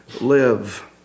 live